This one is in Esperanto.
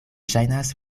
ŝajnas